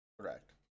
Correct